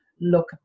look